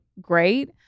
great